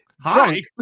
hi